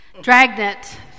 Dragnet